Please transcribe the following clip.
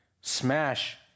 smash